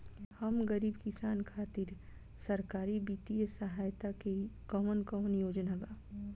हम गरीब किसान खातिर सरकारी बितिय सहायता के कवन कवन योजना बा?